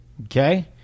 Okay